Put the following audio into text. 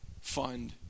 fund